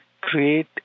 Create